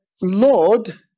Lord